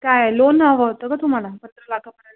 काय लोन हवं होतं का तुम्हाला पंधरा लाखापर्यंत